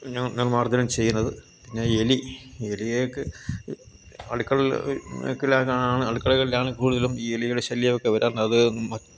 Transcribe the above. നിർമാർജ്ജനം ചെയ്യുന്നത് പിന്നെ എലി എലിയെയൊക്കെ അടുക്കളയിൽ അടുക്കളകളിലാണ് കൂടുതലും ഈ എലിയുടെ ശല്യമൊക്കെ വരാറുണ്ട് അത്